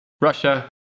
Russia